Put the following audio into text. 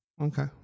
Okay